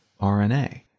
RNA